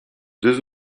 deux